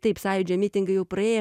taip sąjūdžio mitingai jau praėję